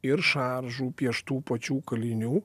ir šaržų pieštų pačių kalinių